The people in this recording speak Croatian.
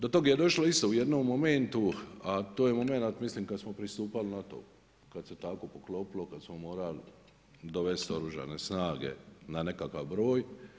Do tog je došlo isto u jednom momentu, a to je momenat mislim kad smo pristupali NATO-u, kad se tako poklopilo, kad smo morali dovesti Oružane snage na nekakav broj.